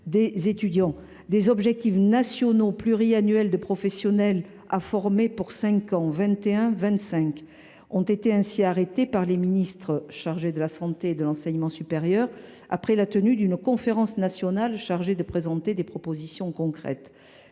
des étudiants. Des objectifs nationaux pluriannuels de professionnels à former pour cinq ans – 2021 2025 – ont été ainsi arrêtés par les ministres chargés de la santé et de l’enseignement supérieur après la tenue d’une conférence nationale chargée de présenter des propositions concrètes.